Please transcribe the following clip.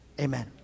Amen